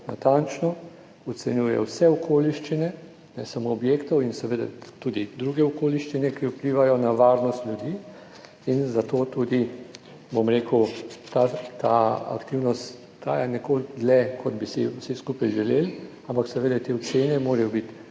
natančno ocenjuje vse okoliščine, ne samo objektov in seveda tudi druge okoliščine, ki vplivajo na varnost ljudi in zato tudi, bom rekel, ta aktivnost traja nekoliko dlje kot bi si vsi skupaj želeli. Ampak seveda te ocene morajo biti